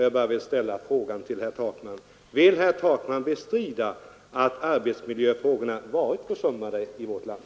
Jag bara ställer frågan till herr Takman: Vill herr Takman bestrida att arbetsmiljöfrågorna varit försummade i vårt land?